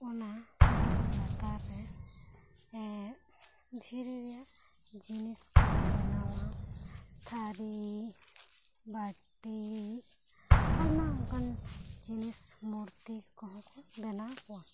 ᱚᱱᱟ ᱵᱩᱨᱩ ᱞᱟᱛᱟᱨ ᱨᱮ ᱮᱸ ᱫᱷᱤᱨᱤ ᱨᱮᱭᱟᱜ ᱡᱤᱱᱤᱥ ᱠᱚ ᱵᱮᱱᱟᱣᱟ ᱛᱷᱟᱹᱨᱤ ᱵᱟᱹᱴᱤ ᱟᱭᱢᱟ ᱚᱱᱠᱟᱱ ᱡᱤᱱᱤᱥ ᱢᱩᱨᱛᱤ ᱠᱚᱦᱚᱸ ᱠᱚ ᱵᱮᱱᱟᱣ ᱠᱚᱣᱟ